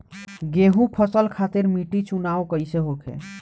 गेंहू फसल खातिर मिट्टी चुनाव कईसे होखे?